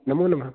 नमोनमः